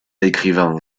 écrivains